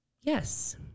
yes